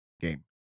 game